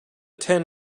ten